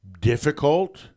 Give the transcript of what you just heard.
difficult